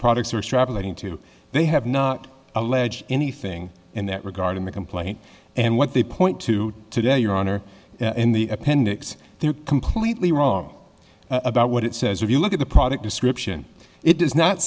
products are extrapolating to they have not allege anything in that regard in the complaint and what they point to today your honor in the appendix they're completely wrong about what it says if you look at the product description it does not